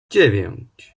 dziewięć